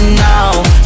now